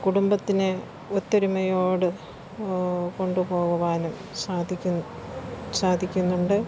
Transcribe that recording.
കുടുംബത്തിനെ ഒത്തൊരുമയോടെ കൊണ്ടുപോകുവാനും സാധികുന്ന് സാധിക്കുന്നുണ്ട്